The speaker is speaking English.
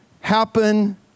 happen